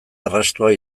arrastoa